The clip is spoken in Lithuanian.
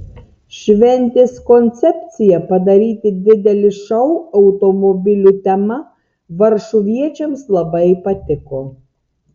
šventės koncepcija padaryti didelį šou automobilių tema varšuviečiams labai patiko